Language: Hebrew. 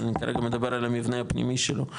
אבל אני כרגע מדבר על המבנה הפנימי שלו.